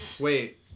Wait